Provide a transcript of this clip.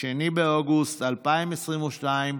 2 באוגוסט 2022,